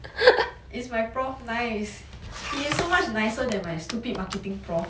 is my prof nice he is so much nicer than my stupid marketing prof